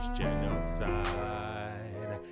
genocide